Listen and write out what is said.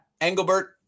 Engelbert